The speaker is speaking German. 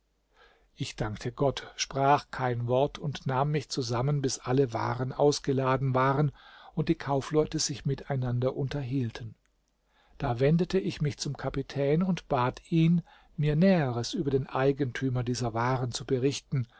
ich dankte gott sprach kein wort und nahm mich zusammen bis alle waren ausgeladen waren und die kaufleute sich miteinander unterhielten da wendete ich mich zum kapitän und bat ihn mir näheres über den eigentümer dieser waren zu berichten